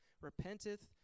repenteth